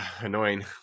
Annoying